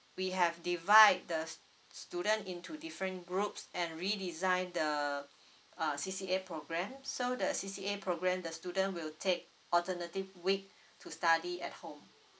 we have divide the s~ student into different groups and redesign the uh C_C_A programme so the C_C_A programme the student will take alternative week to study at home